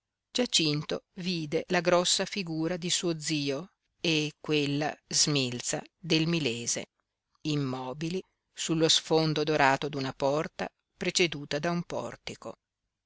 giacinto vide la grossa figura di suo zio e quella smilza del milese immobili sullo sfondo dorato d'una porta preceduta da un portico